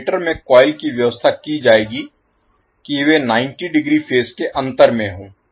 generator में coil की व्यवस्था की जाएगी कि वे 90 डिग्री फेज के अंतर में हों